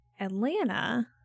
Atlanta